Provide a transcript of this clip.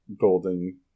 Golden